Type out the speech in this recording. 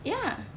ya